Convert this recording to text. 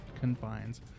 confines